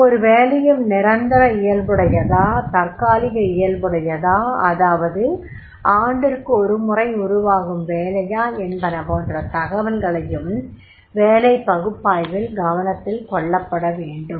ஒவ்வொரு வேலையும் நிரந்தர இயல்புடையதா தற்காலிக இயல்புடையதா அதாவது ஆண்டிற்கொரு முறை உருவாகும் வேலையா என்பன போன்ற தகவல்களையும் வேலைப் பகுப்பாய்வில் கவனத்தில் கொள்ளப்பட வேண்டும்